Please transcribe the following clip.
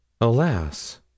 ALAS